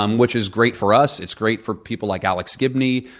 um which is great for us. it's great for people like alex gibney.